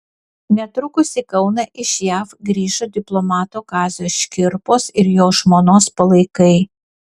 netrukus į kauną iš jav grįžo diplomato kazio škirpos ir jo žmonos palaikai